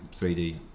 3d